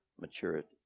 maturity